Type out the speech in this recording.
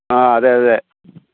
ആ അതെ അതെ